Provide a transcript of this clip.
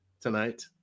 tonight